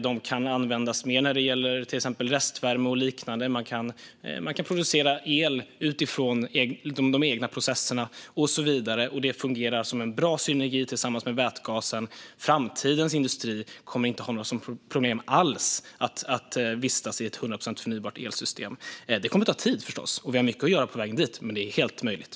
De kan användas mer när det gäller till exempel restvärme och liknande. Man kan producera el utifrån de egna processerna och så vidare. Detta fungerar som en bra synergi tillsammans med vätgasen. Framtidens industri kommer inte att ha några problem alls att vistas i ett 100 procent förnybart elsystem. Det kommer förstås att ta tid, och vi har mycket att göra på vägen dit. Men det är helt möjligt.